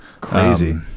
Crazy